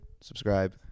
Subscribe